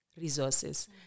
resources